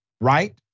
right